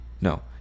No